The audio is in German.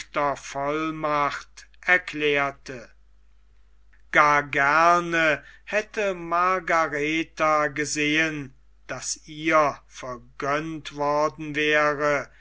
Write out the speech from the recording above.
gar gerne hätte margaretha gesehen daß ihr vergönnt worden wäre